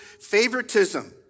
favoritism